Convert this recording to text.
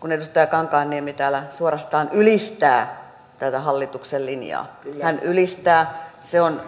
kun edustaja kankaanniemi täällä suorastaan ylistää tätä hallituksen linjaa hän ylistää se on